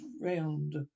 round